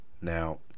now